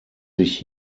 sich